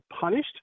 punished